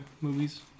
movies